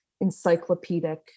encyclopedic